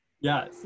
Yes